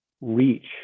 reach